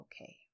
okay